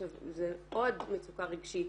זו עוד מצוקה רגשית,